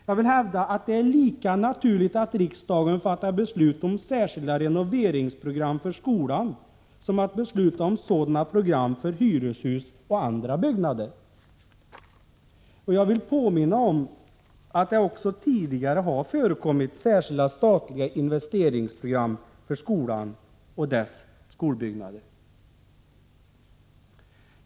Jag vill hävda att det är lika naturligt att riksdagen fattar beslut om särskilda renoveringsprogram för skolan som att riksdagen beslutar om sådana program för hyreshus och andra byggnader. Låt mig påminna om att det också tidigare har förekommit särskilda statliga investeringsprogram för skolan och skolbyggnaderna.